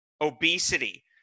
obesity